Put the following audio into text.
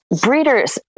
Breeders